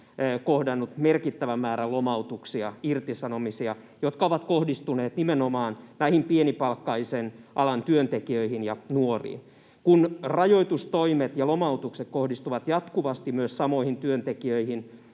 kohdannut merkittävän määrän lomautuksia, irtisanomisia, jotka ovat kohdistuneet nimenomaan näihin pienipalkkaisen alan työntekijöihin ja nuoriin. Kun rajoitustoimet ja lomautukset kohdistuvat jatkuvasti myös samoihin työntekijöihin,